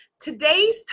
today's